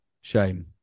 shame